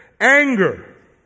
Anger